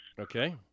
Okay